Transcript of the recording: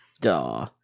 Duh